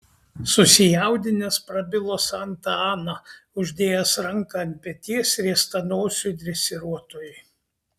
susijaudinęs prabilo santa ana uždėjęs ranką ant peties riestanosiui dresiruotojui